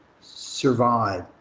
survive